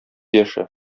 яше